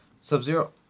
sub-zero